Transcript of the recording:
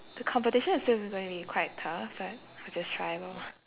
the competition is still gonna be quite tough but I just try lor